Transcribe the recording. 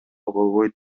болбойт